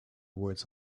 words